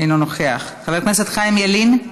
אינו נוכח, חבר הכנסת חיים ילין,